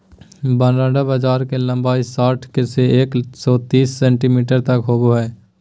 barnyard बाजरा के लंबाई साठ से एक सो तिस सेंटीमीटर तक होबा हइ